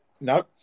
No